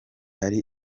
hari